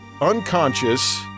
unconscious